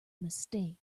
mistake